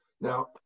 Now